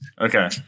Okay